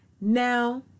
Now